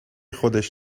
خودش